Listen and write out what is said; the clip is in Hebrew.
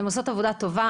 הן עושות עבודה טובה.